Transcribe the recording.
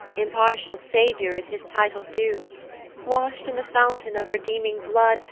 impartial saviour is his title due wash'd in the fountain of redeeming blood,